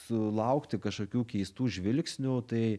sulaukti kažkokių keistų žvilgsnių tai